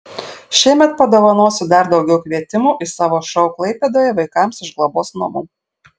šįmet padovanosiu dar daugiau kvietimų į savo šou klaipėdoje vaikams iš globos namų